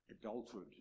Adulthood